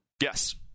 Yes